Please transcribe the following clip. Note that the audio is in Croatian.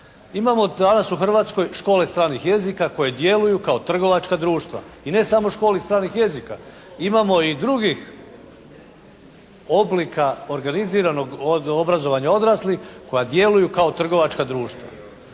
Imamo danas u Hrvatskoj škole stranih jezika koje djeluju kao trgovačka društva. I ne samo škole stranih jezika. Imamo i drugih oblika organiziranog obrazovanja odraslih koja djeluju kao trgovačka društva.